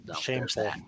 Shameful